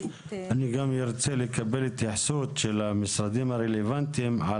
אני גם ארצה לקבל התייחסות של המשרדים הרלוונטיים על